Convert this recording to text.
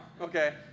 Okay